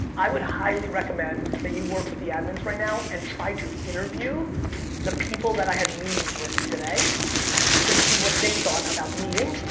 i would highly recommend that you work with the admins right now, and try to interview the people that i had meetings with today to see what they thought about the meeting.